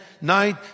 night